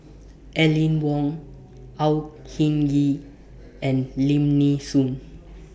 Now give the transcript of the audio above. Aline Wong Au Hing Yee and Lim Nee Soon